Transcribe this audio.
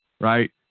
right